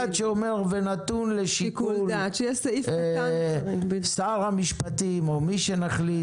שאומר שנתון לשיקול דעת שר המשפטים או מי שנחליט.